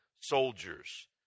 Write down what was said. soldiers